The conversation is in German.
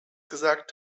gesagt